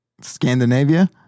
Scandinavia